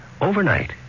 Overnight